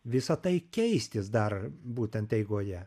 visa tai keistis dar būtent eigoje